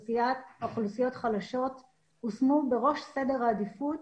אוכלוסיות חלשות הושמו בראש סדר העדיפות